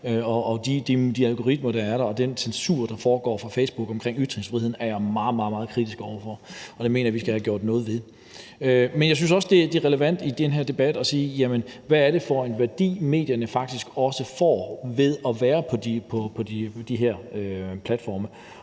og de algoritmer, man bruger, og den censur af ytringsfriheden, der finder sted fra Facebooks side, er jeg meget, meget kritisk over for, og jeg mener, det er noget, vi skal have gjort noget ved. Men jeg synes også, det er relevant i den her debat at spørge, hvad det er for en værdi, medierne faktisk også får ved at være på de her platforme,